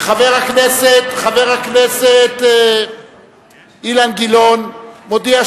חבר הכנסת אלכס מילר,